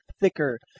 thicker